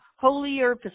holier